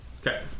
Okay